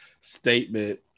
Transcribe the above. statement